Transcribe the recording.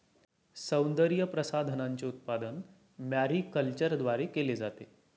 सौंदर्यप्रसाधनांचे उत्पादन मॅरीकल्चरद्वारे केले जाते